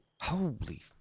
Holy